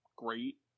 Great